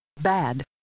Bad